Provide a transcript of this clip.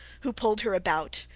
who pulled her about,